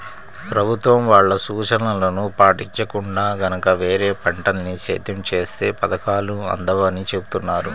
ప్రభుత్వం వాళ్ళ సూచనలను పాటించకుండా గనక వేరే పంటల్ని సేద్యం చేత్తే పథకాలు అందవని చెబుతున్నారు